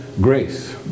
grace